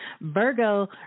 Virgo